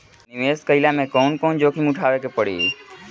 निवेस कईला मे कउन कउन जोखिम उठावे के परि?